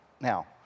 Now